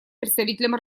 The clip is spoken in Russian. представителем